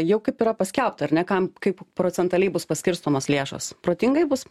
jau kaip yra paskelbta ar ne kam kaip procentaliai bus paskirstomos lėšos protingai bus